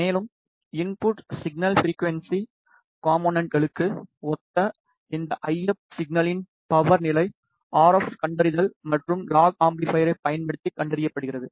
மேலும் input signal frequency காம்போனென்ட்களுக்கு ஒத்த இந்த ஐ எப் சிக்னல்லின் பவர் நிலை ஆர் எப் கண்டறிதல் மற்றும் லாக் அம்பிளிபையரை பயன்படுத்தி கண்டறியப்படுகிறது